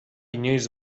inoiz